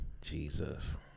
Jesus